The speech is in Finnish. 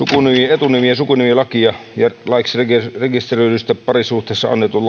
etunimi ja sukunimilakia ja laiksi rekisteröidystä parisuhteesta annetun